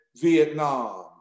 Vietnam